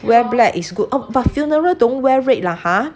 wear black is good oh but funeral don't wear red lah !huh!